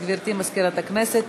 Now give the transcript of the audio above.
גברתי מזכירת הכנסת,